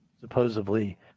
supposedly